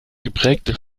geprägte